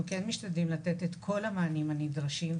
אנחנו כן משתדלים לתת את כל המענים הנדרשים,